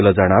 केलं जाणार